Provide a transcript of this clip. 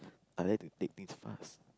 I like to take things fast